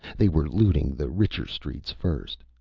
they were looting the richer streets first.